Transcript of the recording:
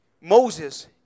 Moses